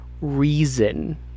reason